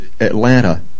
Atlanta